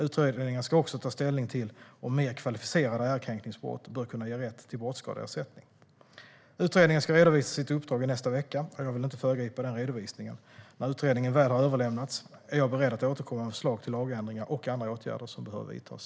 Utredningen ska också ta ställning till om mer kvalificerade ärekränkningsbrott bör kunna ge rätt till brottsskadeersättning. Utredningen ska redovisa sitt uppdrag i nästa vecka, och jag vill inte föregripa den redovisningen. När utredningen väl har överlämnats är jag beredd att återkomma med förslag till lagändringar och andra åtgärder som behöver vidtas.